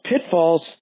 pitfalls